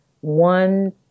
one